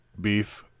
beef